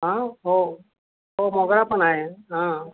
हा हो हो मोगळापण आहे हा